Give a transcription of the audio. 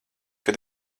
kad